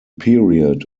period